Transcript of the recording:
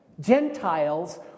Gentiles